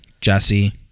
Jesse